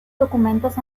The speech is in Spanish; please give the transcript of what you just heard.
documentos